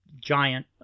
giant